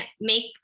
make